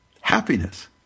Happiness